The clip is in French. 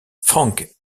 frank